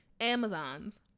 Amazons